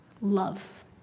love